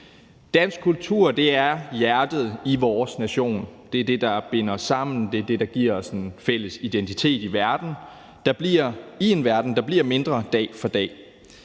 Dansk kultur er hjertet i vores nation, det er det, der binder os sammen, det er det, der giver os en fælles identitet i en verden, der bliver mindre dag for dag.